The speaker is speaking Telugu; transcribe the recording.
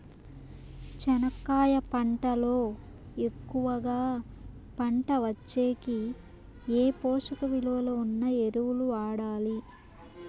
చెనక్కాయ పంట లో ఎక్కువగా పంట వచ్చేకి ఏ పోషక విలువలు ఉన్న ఎరువులు వాడాలి?